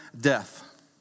death